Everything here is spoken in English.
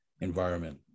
environment